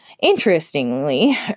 Interestingly